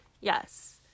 Yes